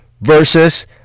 versus